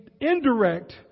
indirect